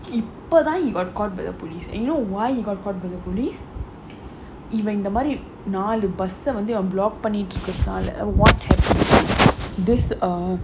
இப்ப தான்:ippa thaan he got caught by the police and you know why you got caught by the police இவன் இந்தமாரி நாலு:ivan inthamaari naalu bus ah வந்து:vanthu block பண்ணிட்டு இருக்கறதுனால:pannittu irukkarathunaala what happen this uh